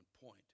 point